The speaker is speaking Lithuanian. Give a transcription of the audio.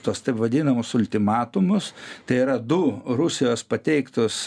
tuos taip vadinamus ultimatumus tai yra du rusijos pateiktus